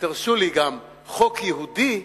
תרשו לי גם, חוק יהודי,